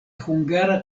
hungara